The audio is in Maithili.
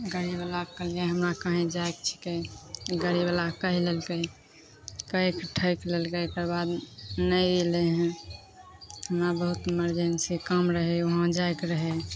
गाड़ीवलाके कहलिए हमरा कहीँ जाइके छिकै गाड़ीवला कहि लेलकै कहिके ठकि लेलकै ओकर बाद नहि अएलै हइ हमरा बहुत इमरजेन्सी काम रहै वहाँ जाइके रहै